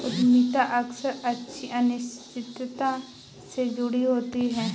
उद्यमिता अक्सर सच्ची अनिश्चितता से जुड़ी होती है